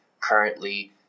currently